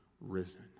risen